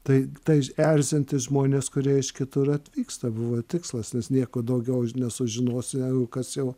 tai tai erzinti žmones kurie iš kitur atvyksta buvo tikslas nes nieko daugiau nesužinosi negu kas jau